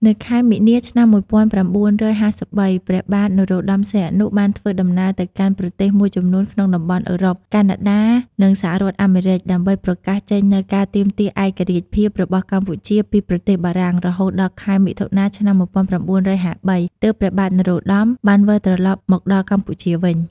នៅខែមីនា ឆ្នាំ ១៩៥៣ ព្រះបាទ នរោត្តមសីហនុ បានធ្វើដំណើរទៅកាន់ប្រទេសមួយចំនួនក្នុងតំបន់អុឺរ៉ុប កាណាដា និង សហរដ្ឋអាមេរិក ដើម្បីប្រកាសចេញនូវការទាមទារឯករាជ្យភាពរបស់កម្ពុជាពីប្រទេសបារាំង រហូតដល់ខែមិថុនា ឆ្នាំ ១៩៥៣ ទើបព្រះបាទនរោត្តមសីហនុ បានវិលត្រឡប់មកដល់កម្ពុជាវិញ ។